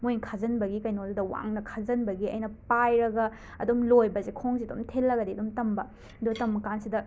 ꯃꯣꯏꯅ ꯈꯥꯖꯤꯟꯕꯒꯤ ꯀꯩꯅꯣꯗꯨꯅ ꯋꯥꯡꯅ ꯈꯥꯖꯤꯟꯕꯒꯤ ꯑꯩꯅ ꯄꯥꯏꯔꯒ ꯑꯗꯨꯝ ꯂꯣꯏꯕꯁꯦ ꯈꯣꯡꯁꯤ ꯑꯗꯨꯝ ꯊꯤꯜꯂꯒꯗꯤ ꯑꯗꯨꯝ ꯇꯝꯕ ꯑꯗꯣ ꯇꯝꯕ ꯀꯥꯟꯁꯤꯗ